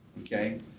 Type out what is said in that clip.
Okay